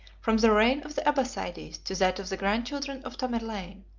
from the reign of the abbassides to that of the grandchildren of tamerlane,